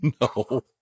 No